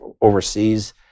overseas